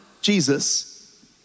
Jesus